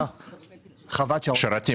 אז בשביל מה לשאול שאלות?